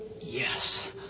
Yes